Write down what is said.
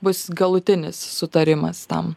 bus galutinis sutarimas tam